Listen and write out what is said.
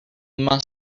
must